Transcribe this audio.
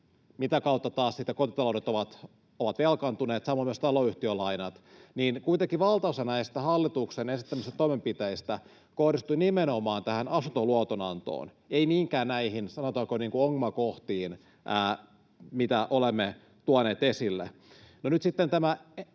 mitä kautta sitten kotitaloudet ovat velkaantuneet, niin kuitenkin valtaosa näistä hallituksen esittämistä toimenpiteistä kohdistui nimenomaan tähän asuntoluoton antoon, ei niinkään näihin, sanotaanko, ongelmakohtiin, mitä olemme tuoneet esille.